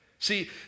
See